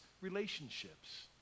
relationships